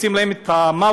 עושים להם את המוות,